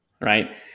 right